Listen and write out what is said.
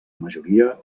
majoria